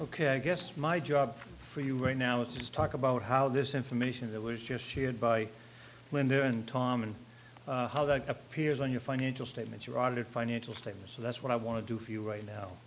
ok i guess my job for you right now is just talk about how this information that was just shared by linda and tom and how that appears on your financial statements your audited financial statements so that's what i want to do for you right now